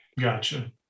Gotcha